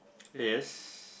yes